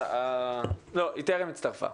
היא טרם הצטרפה.